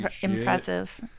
impressive